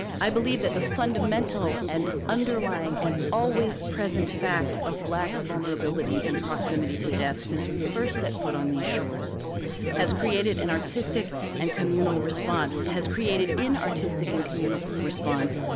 i believe that the fundamental and underlying and always present fact of black vulnerability and proximity to death since we first set foot on these shores has created an artistic and communal response, has created in artistic and communal response,